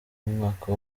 umwaka